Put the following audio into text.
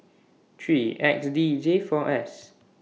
three X D J four S